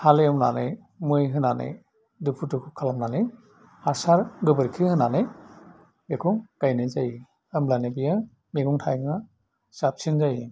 हाल एवनानै मै होनानै दुफु दुफु खालामनानै हासार गोबोरखि होनानै बेखौ गायनाय जायो होनब्लानो बेयो मैगं थाइगंआ साबसिन जायो